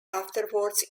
afterwards